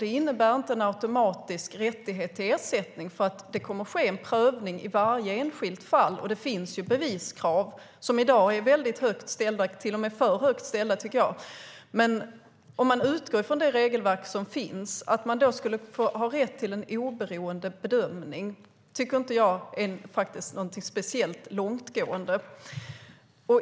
Det innebär inte en automatisk rättighet till ersättning. Det kommer att ske en prövning i varje enskilt fall, och det finns beviskrav som i dag är väldigt högt ställda - till och med för högt ställda, tycker jag. Att man med utgångspunkt i det regelverk som finns skulle få rätt till en oberoende bedömning tycker inte jag är speciellt långtgående.